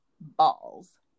balls